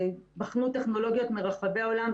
בחנו טכנולוגיות מרחבי העולם.